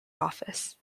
office